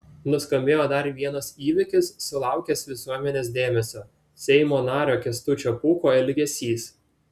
nuskambėjo dar vienas įvykis sulaukęs visuomenės dėmesio seimo nario kęstučio pūko elgesys